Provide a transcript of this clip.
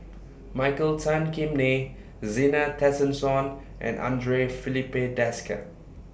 Michael Tan Kim Nei Zena Tessensohn and Andre Filipe Desker